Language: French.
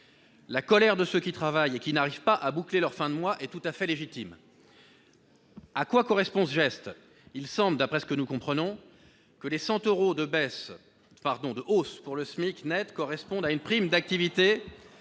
La colère de ceux qui travaillent et qui n'arrivent pas à boucler leurs fins de mois est tout à fait légitime. À quoi correspond ce geste ? Il semble, d'après ce que nous comprenons, que les 100 euros de hausse du SMIC net correspondent à une revalorisation